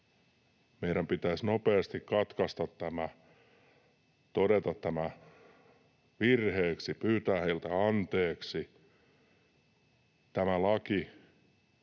Meidän pitäisi nopeasti katkaista tämä, todeta tämä virheeksi, pyytää heiltä anteeksi. Tämä laki